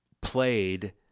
played